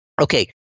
Okay